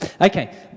Okay